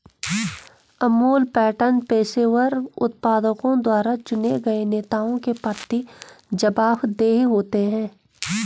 Amul pattern पेशेवर उत्पादकों द्वारा चुने गए नेताओं के प्रति जवाबदेह होते हैं